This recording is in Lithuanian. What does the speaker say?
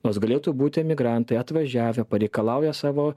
nors galėtų būti emigrantai atvažiavę pareikalauja savo